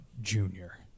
Junior